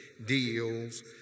deals